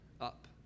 up